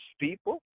people